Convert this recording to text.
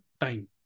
time